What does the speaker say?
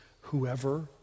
whoever